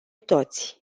toți